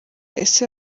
ese